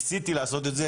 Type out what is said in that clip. ניסיתי לעשות את זה,